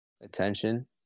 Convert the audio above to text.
attention